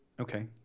Okay